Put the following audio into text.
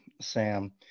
Sam